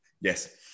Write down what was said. Yes